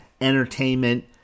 entertainment